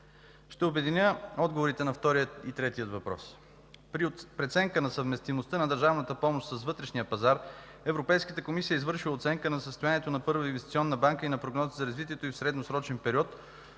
Ще обединя отговорите на втория и третия въпрос. При преценка на съвместимостта на държавната помощ с вътрешния пазар Европейската комисия е извършила оценка на състоянието на Първа инвестиционна банка и на прогнозите за развитието й в средносрочен период,